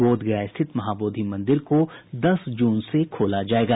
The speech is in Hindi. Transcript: बोधगया स्थित महाबोधि मंदिर को दस जून से खोला जायेगा